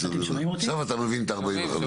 עכשיו אתה מבין את ה-45.